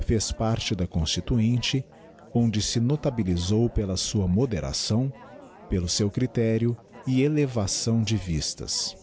fez parte da constituinte onde se notabilisou pela sua moderação pelo seu critério e elevação de vistas